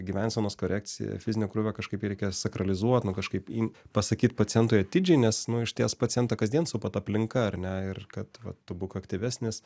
gyvensenos korekciją fizinio krūvio kažkaip reikia sakralizuoti nu kažkaip in pasakyt pacientui atidžiai nes nu išties pacientą kasdien supa ta aplinka ar ne ir kad vat tu būk aktyvesnis